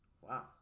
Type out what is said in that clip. Wow